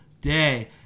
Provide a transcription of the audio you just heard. day